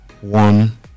one